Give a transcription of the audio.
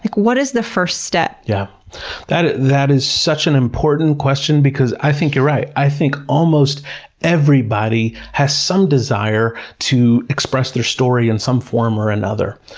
what is the first step? yeah that that is such an important question because i think you're right. i think almost everybody has some desire to express their story in some form or another,